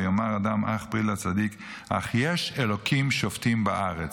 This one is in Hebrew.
ויאמר אדם אך פרי לצדיק אך יש אלֹהים שפטים בארץ".